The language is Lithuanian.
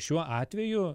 šiuo atveju